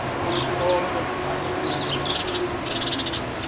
i want to thank all of the faculty members for teaching,